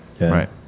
Right